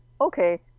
Okay